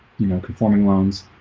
you know conforming loans